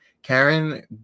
Karen